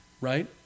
right